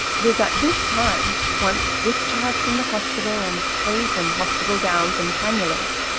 it is at this time, once discharged from the hospital and free from hospital gowns and cannulas,